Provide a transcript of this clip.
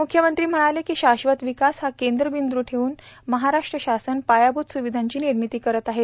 मुख्यमंत्री म्हणाले की शाश्वत विकास हा केंद्रबिंदू ठेवून महाराष्ट्र शासन पायाभूत सुविधांची निर्मिती करत आहे